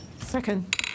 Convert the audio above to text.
second